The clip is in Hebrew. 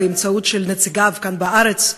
באמצעות נציגיו כאן בארץ,